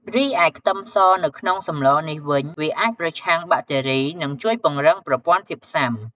រីឯខ្ទឹមសនៅក្នុងសម្លនេះវិញ វាអាចប្រឆាំងបាក់តេរី និងជួយពង្រឹងប្រព័ន្ធភាពស៊ាំ។